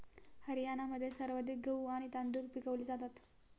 हरियाणामध्ये सर्वाधिक गहू आणि तांदूळ पिकवले जातात